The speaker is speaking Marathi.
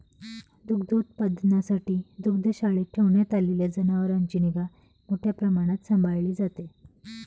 दुग्धोत्पादनासाठी दुग्धशाळेत ठेवण्यात आलेल्या जनावरांची निगा मोठ्या प्रमाणावर सांभाळली जाते